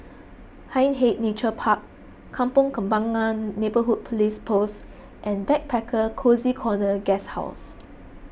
Hindhede Nature Park Kampong Kembangan Neighbourhood Police Post and Backpacker Cozy Corner Guesthouse